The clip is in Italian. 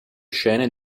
scene